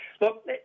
look